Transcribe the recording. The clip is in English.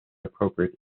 appropriate